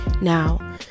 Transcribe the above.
Now